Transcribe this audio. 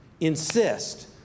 insist